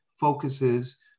focuses